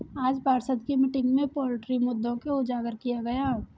आज पार्षद की मीटिंग में पोल्ट्री मुद्दों को उजागर किया गया